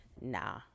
Nah